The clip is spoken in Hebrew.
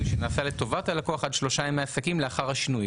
שנעשה לטובת הלקוח עד שלושה ימי עסקים לאחר השינוי.